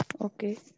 Okay